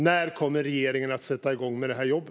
När kommer regeringen att sätta igång med detta jobb?